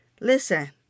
listen